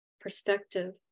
perspective